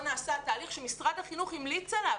נעשה תהליך שמשרד החינוך המליץ עליו.